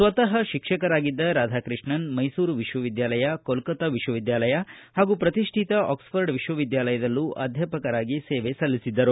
ಸ್ವತಃ ಶಿಕ್ಷಕರಾಗಿದ್ದ ರಾಧಾಕೃಷ್ಣನ್ ಮೈಸೂರು ವಿಶ್ವವಿದ್ಯಾಲಯ ಕೋಲೋತಾ ವಿಶ್ವವಿದ್ಯಾಲಯ ಹಾಗೂ ಪ್ರತಿಷ್ಠಿತ ಆಕ್ಸ್ಫರ್ಡ್ ವಿಶ್ವವಿದ್ಯಾಲಯದಲ್ಲೂ ಅಧ್ವಾಪಕರಾಗಿ ಸೇವೆ ಸಲ್ಲಿಸಿದ್ದರು